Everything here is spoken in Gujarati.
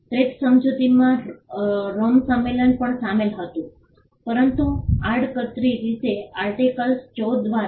ટ્રીપ્સ સમજૂતીમાં રોમ સંમેલન પણ શામેલ થયું હતું પરંતુ આડકતરી રીતે આર્ટિકલ 14 દ્વારા